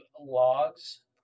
logs